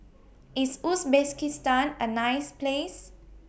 IS Uzbekistan A nice Place